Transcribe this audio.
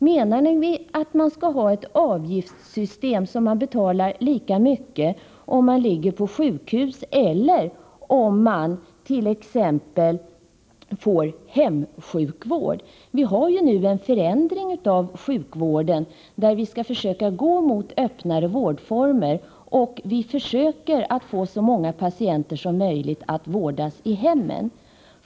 Menar ni att det skall vara ett avgiftssystem som innebär att man betalar lika mycket oberoende av om man ligger på sjukhus eller om man t.ex. får hemsjukvård? Vi har ju nu fått en förändring av sjukvården. Vi skall således försöka gå mot öppnare vårdformer. Vi skall försöka få så många patienter som möjligt att vårdas i hemmen.